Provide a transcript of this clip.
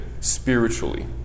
spiritually